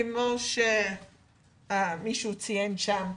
כמו שאחד הדוברים ציין כאן,